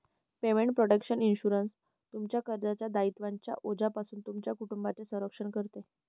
payment protection insurance, तुमच्या कर्जाच्या दायित्वांच्या ओझ्यापासून तुमच्या कुटुंबाचे रक्षण करते